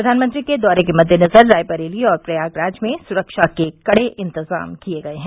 प्रधानमंत्री के दौरे के मद्देनजर रायबरेली और प्रयागराज में सुरक्षा के कड़े इंतजाम किये गये हैं